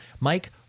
Mike